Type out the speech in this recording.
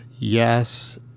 Yes